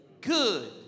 good